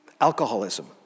Alcoholism